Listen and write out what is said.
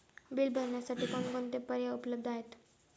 Bill भरण्यासाठी कोणकोणते पर्याय उपलब्ध आहेत?